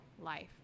life